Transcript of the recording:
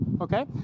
okay